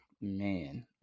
man